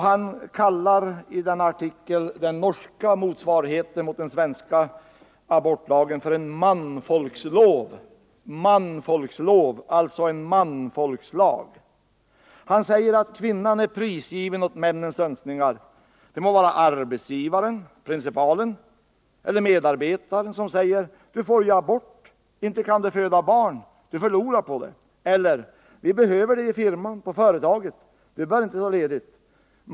Han kallar i denna artikel den norska motsvarigheten till den svenska abortlagen för en ”manfolkslov”, alltså en manfolkslag. Författaren framhåller att kvinnan är prisgiven åt männens önskningar. Det må vara arbetsgivaren, principalen eller medarbetaren som säger: Du får juabort. Inte kan du föda barn. Du förlorar ju på det. Eller också säger man: Vi behöver dig i firman eller på företaget. Du bör inte ta ledigt.